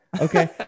okay